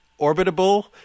orbitable